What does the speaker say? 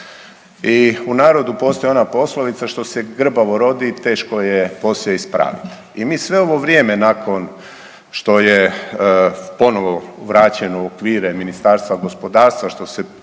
i u narodu postoji ona poslovica, što se grbavo rodi, teško je poslije ispraviti i mi sve ovo vrijeme nakon što je ponovo vraćeno u okvire Ministarstva gospodarstva, što se formirala